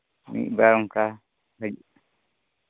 ᱢᱤᱫ ᱵᱟᱨ ᱚᱝᱠᱟ ᱦᱩᱭᱩᱜ